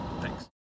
Thanks